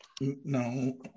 No